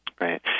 Right